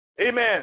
Amen